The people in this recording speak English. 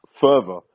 further